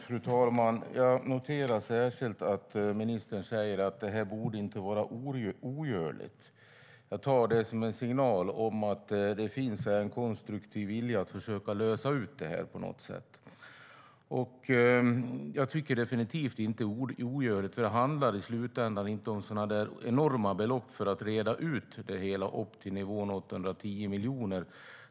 Fru talman! Jag noterar särskilt att ministern säger att detta inte borde vara ogörligt. Jag tar det som en signal om att det finns en konstruktiv vilja att försöka lösa detta på något sätt. Jag tycker definitivt inte att det är ogörligt, för det handlar i slutändan inte om några enorma belopp för att reda ut det hela upp till nivån 810 miljoner.